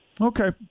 Okay